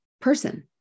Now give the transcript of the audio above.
person